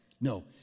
No